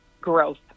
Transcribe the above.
growth